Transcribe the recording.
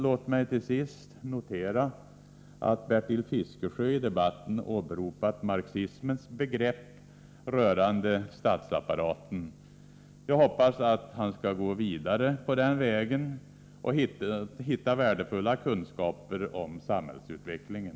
Låt mig till sist notera att Bertil Fiskesjö i debatten åberopade marxismens begrepp rörande statsapparaten. Jag hoppas att han skall gå vidare på den vägen och hitta värdefulla kunskaper om samhällsutvecklingen.